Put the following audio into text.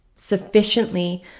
sufficiently